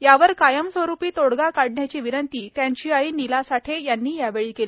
यावर कायमस्वरुपी तोडगा काढण्याची विनंती त्यांची आई नीला साठे यांनी यावेळी केली